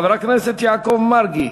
חבר הכנסת יעקב מרגי,